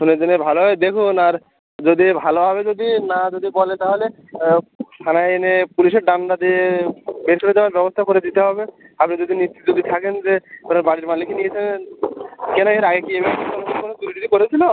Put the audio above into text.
শুনে টুনে ভালোভাবে দেখুন আর যদি ভালোভাবে যদি না যদি বলে তাহলে থানায় এনে পুলিশের ডান্ডা দিয়ে বের দেওয়ার ব্যবস্থা করে দিতে হবে আপনি যদি নিশ্চিত যদি থাকেন যে কোনো বাড়ির মালিকই নিয়েছেন কেন এর আগে কি এরকম কোনো কোনো চুরি টুরি করেছিলো